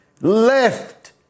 Left